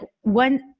one